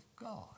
God